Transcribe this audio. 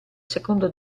secondo